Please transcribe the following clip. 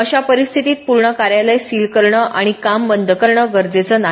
अशा परिस्थितीत पूर्ण कार्यालय सील करणं आणि कामं बंद करणं गरजेचं नाही